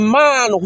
man